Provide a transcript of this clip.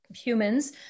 humans